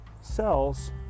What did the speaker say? cells